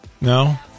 No